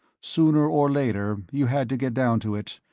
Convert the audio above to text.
sooner or later you had to get down to it,